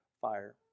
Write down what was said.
fire